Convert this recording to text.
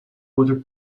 water